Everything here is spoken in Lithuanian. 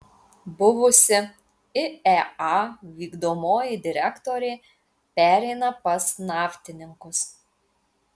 buvusi iea vykdomoji direktorė pereina pas naftininkus